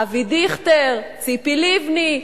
אבי דיכטר, ציפי לבני,